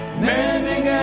mending